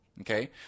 Okay